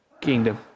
kingdom